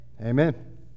Amen